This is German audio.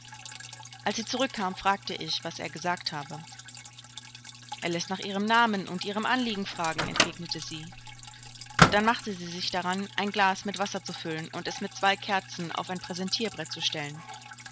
als sie zurückkam fragte ich was er gesagt habe er läßt nach ihrem namen und ihrem anliegen fragen entgegnete sie dann machte sie sich daran ein glas mit wasser zu füllen und es mit zwei kerzen auf ein präsentierbrett zu stellen